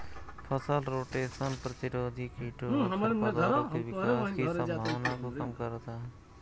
फसल रोटेशन प्रतिरोधी कीटों और खरपतवारों के विकास की संभावना को कम करता है